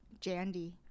Jandy